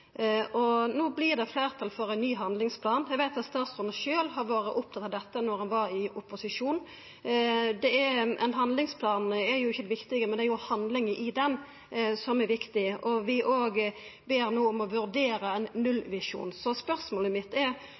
tilsette. No vert det fleirtal for ein ny handlingsplan. Eg veit at statsråden sjølv var opptatt av dette da han var i opposisjon. Ein handlingsplan er jo ikkje det viktige, det er handlinga i han som er viktig. Vi ber òg no om at det skal vurderast ein nullvisjon. Spørsmålet mitt er